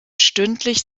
stündlich